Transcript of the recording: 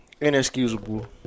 inexcusable